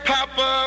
Papa